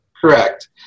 Correct